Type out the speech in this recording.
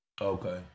Okay